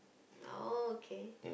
oh K